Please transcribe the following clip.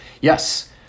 yes